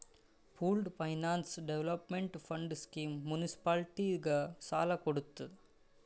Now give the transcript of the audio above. pooled finance development fund scheme ಮುನ್ಸಿಪಾಲಿಟಿಗ ಸಾಲ ಕೊಡ್ತುದ್